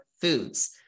foods